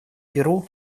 перу